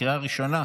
לקריאה ראשונה.